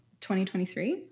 2023